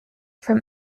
from